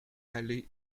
aller